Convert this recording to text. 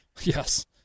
yes